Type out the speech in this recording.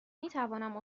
میتوانم